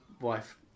wife